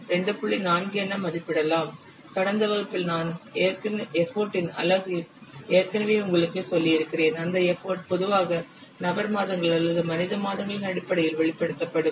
4 என மதிப்பிடலாம் கடந்த வகுப்பில் நான் எப்போட்டின் அலகு ஏற்கனவே உங்களுக்குச் சொல்லியிருக்கிறேன் அந்த எப்போட் பொதுவாக நபர் மாதங்கள் அல்லது மனித மாதங்களின் அடிப்படையில் வெளிப்படுத்தப்படும்